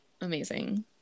amazing